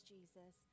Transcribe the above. Jesus